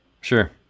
Sure